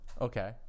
Okay